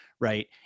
right